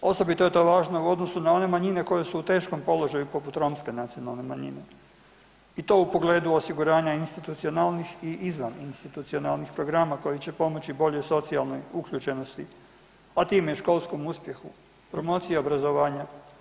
Osobito je to važno u odnosu na one manjine koje su u teškom položaju, poput romske nacionalne manjine i to u pogledu osiguranja institucionalnih i izvaninstitucionalnih programa koji će pomoći boljoj socijalnoj uključenosti, a time i školskom uspjehu, promociji obrazovanja.